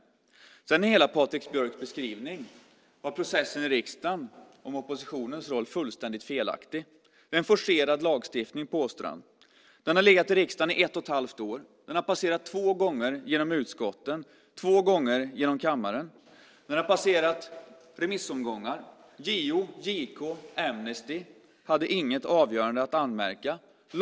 Sedan är hela Patrik Björcks beskrivning av processen i riksdagen och av oppositionens roll fullständigt felaktig. Han påstår att det är en forcerad lagstiftning. Den har legat i riksdagen i ett och ett halvt år. Den har passerat genom utskotten två gånger och genom kammaren två gånger. Den har passerat remissomgångar. JO, JK och Amnesty hade inget avgörande att anmärka på.